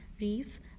reef